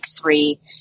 three